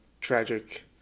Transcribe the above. tragic